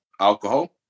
alcohol